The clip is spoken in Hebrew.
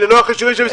אלה לא החישובים שלי,